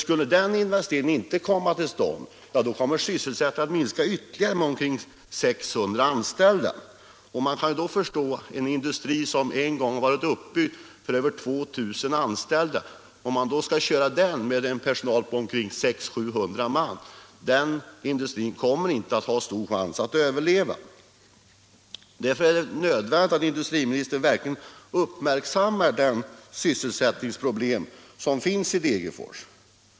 Skulle den investeringen inte komma till stånd 18 februari 1977 kommer sysselsättningen att minska med ytterligare omkring 600 an= — ställda. Man kan förstå att om en industri som en gång varit uppbyggd Om åtgärder för att för över 2000 anställda nu skall drivas med en personal på 600-700 främja sysselsättman, så har den inte stor chans att överleva. Därför är det nödvändigt = ningen vid Degeratt industriministern verkligen uppmärksammar sysselsättningsproble = fors Järnverk men i Degerfors.